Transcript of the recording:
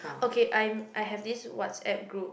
okay I'm I have this WhatsApp group